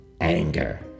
anger